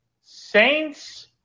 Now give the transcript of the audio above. Saints